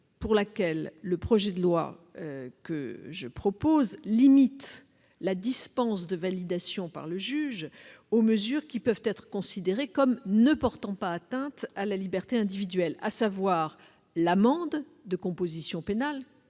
pour laquelle le projet de loi limite la dispense de validation par le juge aux mesures qui peuvent être considérées comme ne portant pas atteinte à la liberté individuelle, à savoir l'amende de composition pénale,